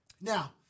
Now